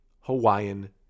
Hawaiian